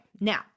Now